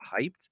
hyped